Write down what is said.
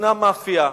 ישנה מאפיה,